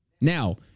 Now